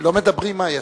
לא מדברים מהיציע.